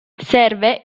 serve